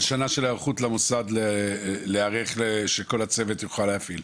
על שנה של היערכות למוסד להיערך שכל הצוות יוכל להפעיל?